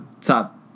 top